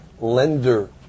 lender